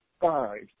five